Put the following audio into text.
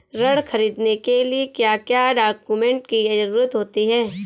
ऋण ख़रीदने के लिए क्या क्या डॉक्यूमेंट की ज़रुरत होती है?